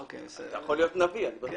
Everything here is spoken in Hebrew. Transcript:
אתה יכול להיות נביא --- הן,